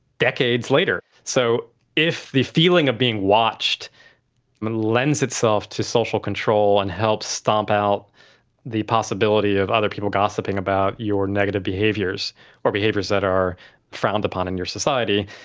decades later. so if the feeling of being watched lends itself to social control and helps stomp out the possibility of other people gossiping about your negative behaviours or behaviours that are frowned upon in your society,